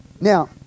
Now